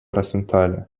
росенталя